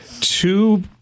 two